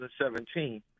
2017